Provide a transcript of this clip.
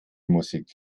musik